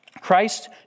Christ